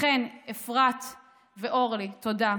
לכן, אפרת ואורלי, תודה.